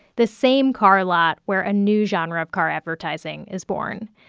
the same car lot where a new genre of car advertising is born.